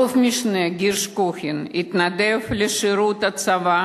אלוף-משנה גירש קוכין, התנדב לשירות הצבא